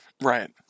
Right